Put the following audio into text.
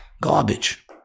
garbage